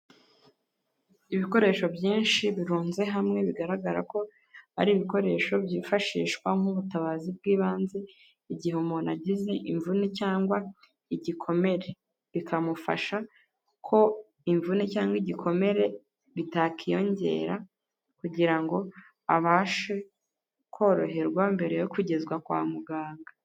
Ibikoresho byinshi birunze hamwe bigaragara ko ari ibikoresho byifashishwa nk'ubutabazi bw'ibanze igihe umuntu agize imvune cyangwa igikomere, bikamufasha ko imvune cyangwa igikomere bitakiyongera kugira ngo abashe koroherwa mbere yo kugezwa kwa muganga.